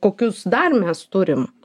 kokius dar mes turim